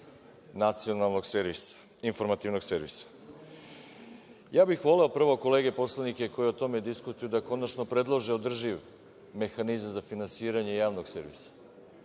nacionalnog servisa, informativnog servisa. Voleo bih, prvo kolege poslanike koji o tome diskutuju da konačno predlože održiv mehanizam za finansiranje javnog servisa.